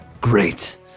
Great